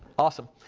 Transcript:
awesome,